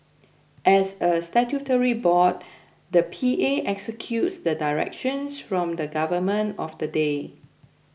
as a statutory board the P A executes the directions from the government of the day